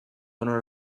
owner